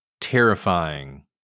terrifying